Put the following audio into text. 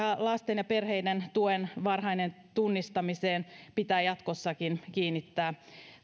lasten ja perheiden tuen varhaiseen tunnistamiseen pitää jatkossakin kiinnittää